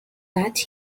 but